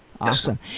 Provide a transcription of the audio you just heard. awesome